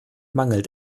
mangelt